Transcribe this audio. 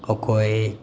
ᱚᱠᱚᱭ